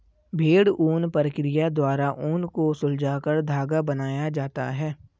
भेड़ ऊन प्रक्रिया द्वारा ऊन को सुलझाकर धागा बनाया जाता है